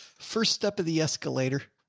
first step of the escalator.